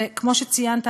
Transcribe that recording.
וכמו שציינת,